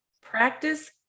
Practice